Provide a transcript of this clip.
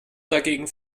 dagegen